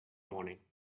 morning